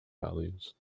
values